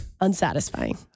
Unsatisfying